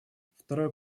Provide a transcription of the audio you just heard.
второй